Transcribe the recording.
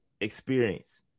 experience